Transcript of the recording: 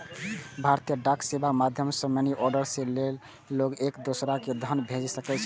भारतीय डाक सेवाक माध्यम सं मनीऑर्डर सं लोग एक दोसरा कें धन भेज सकैत रहै